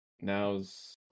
Now's